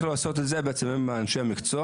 איך לעשות את זה עם אנשי המקצוע.